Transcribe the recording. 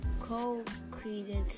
co-created